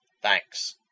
Thanks